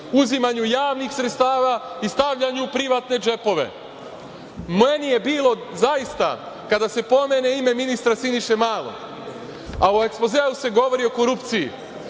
uzimanju javnih sredstava i stavljanja u privatne džepove. Meni je bilo zaista kada se pomene ime ministra Siniše Malog, a u ekspozeu se govori o korupciji,